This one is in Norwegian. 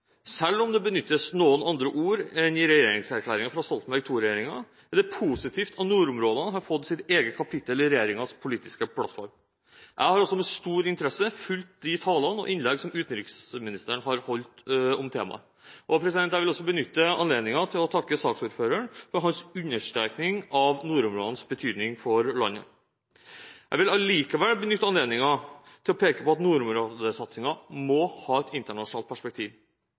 Selv om det benyttes noen andre ord enn i regjeringserklæringen fra Stoltenberg II-regjeringen, er det positivt at nordområdene har fått sitt eget kapittel i regjeringens politiske plattform. Jeg har også med stor interesse fulgt de taler og innlegg som utenriksministeren har holdt om temaet. Jeg vil også benytte anledningen til å takke saksordføreren for hans understrekning av nordområdenes betydning for landet. Jeg vil likevel peke på at nordområdesatsingen må ha et internasjonalt perspektiv.